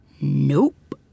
Nope